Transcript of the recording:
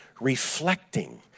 reflecting